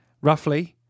Roughly